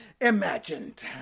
imagined